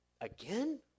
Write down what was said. again